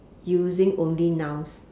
using only nouns